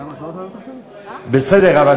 רוצים להגדיל את מספר העובדים הישראלים.